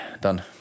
Done